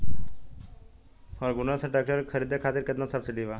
Ferguson tractor के खरीद करे खातिर केतना सब्सिडी बा?